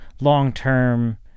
long-term